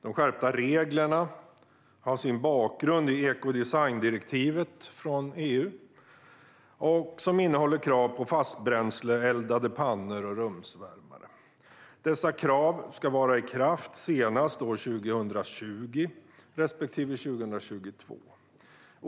De skärpta reglerna har sin bakgrund i EU:s ekodesigndirektiv, som innehåller krav på fastbränsleeldade pannor och rumsvärmare. Dessa krav ska vara i kraft senast år 2020 respektive 2022.